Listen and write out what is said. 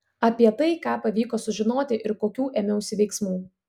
apie tai ką pavyko sužinoti ir kokių ėmiausi veiksmų